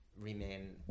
remain